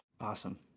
Awesome